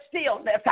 stillness